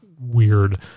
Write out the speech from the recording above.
weird